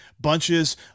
Bunches